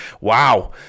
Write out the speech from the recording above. Wow